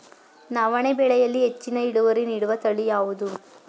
ನವಣೆ ಬೆಳೆಯಲ್ಲಿ ಹೆಚ್ಚಿನ ಇಳುವರಿ ನೀಡುವ ತಳಿ ಯಾವುದು?